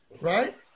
Right